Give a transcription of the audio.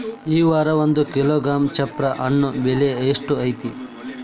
ಈ ವಾರ ಒಂದು ಕಿಲೋಗ್ರಾಂ ಚಪ್ರ ಹಣ್ಣ ಬೆಲೆ ಎಷ್ಟು ಐತಿ?